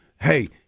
hey